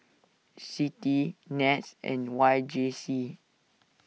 Citi Nets and Y J C